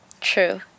true